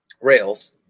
rails